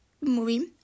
movie